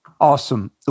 Awesome